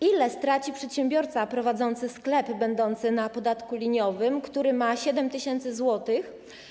Ile straci przedsiębiorca prowadzący sklep, będący na podatku liniowym, który ma 7 tys. zł?